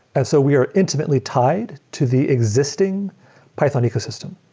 and so we are intimately tied to the existing python ecosystem.